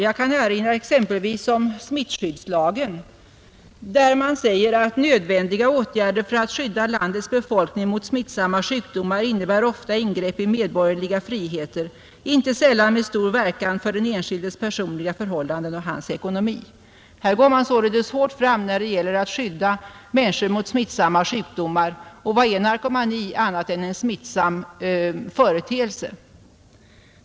Jag kan erinra exempelvis om smittskyddslagen, där man säger att nödvändiga åtgärder för att skydda landets befolkning mot smittosamma sjukdomar innebär ofta ingrepp i medborgerliga friheter, inte sällan med stor verkan för den enskildes personliga förhållanden och hans ekonomi. Här går man således hårt fram när det gäller att skydda människor mot smittosamma sjukdomar. Och vad är narkomani annat än en smittosam företeelse?